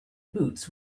boots